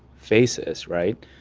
faces right.